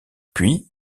puis